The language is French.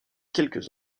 quelques